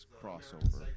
crossover